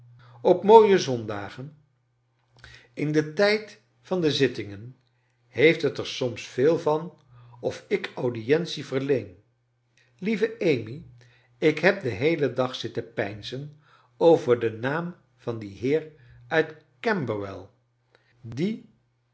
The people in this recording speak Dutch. op mooie zondagen in den tijd van de zittingen heeft het er soms veel van of ik audientie verleen lieve amy ik heb den heelen dag zitten peinzen over den naam van dien heer uit camberwell die